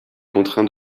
contraint